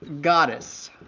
goddess